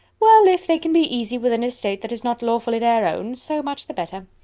well, if they can be easy with an estate that is not lawfully their own, so much the better.